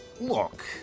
Look